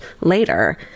later